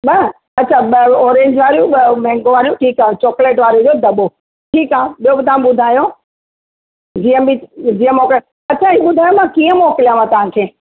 ॿ अच्छा ॿ ऑरेंज वारियूं ॿ मैंगो वारियूं ठीकु आहे चॉकलेट वारी जो दॿो ठीकु आहे ॿियो तव्हां ॿुधायो जीअं बि जीअं मूंखे अच्छा हे ॿुधायो मां कीअं मोकिलियाव तव्हांखे